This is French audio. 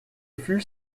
fut